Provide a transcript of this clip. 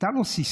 הייתה לו סיסמה,